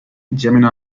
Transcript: gemini